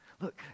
Look